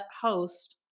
host